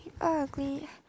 ugly